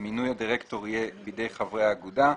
מינוי הדירקטור יהיה בידי חברי האגודה.